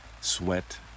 Sweat